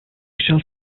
shall